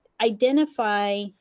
identify